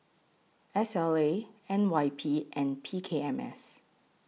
S L A N Y P and P K M S